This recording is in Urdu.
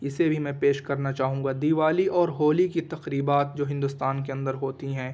اسے بھی میں پیش کرنا چاہوں گا دیوالی اور ہولی کی تقریبات جو ہندوستان کے اندر ہوتی ہیں